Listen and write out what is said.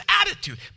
attitude